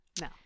no